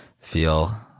feel